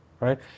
right